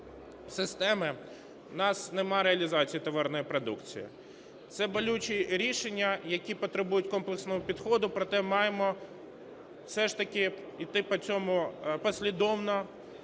системи в нас нема реалізації товарної продукції. Це болючі рішення, які потребують комплексного підходу, проте маємо все ж таки іти по цьому послідовно,